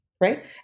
right